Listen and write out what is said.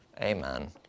Amen